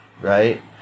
right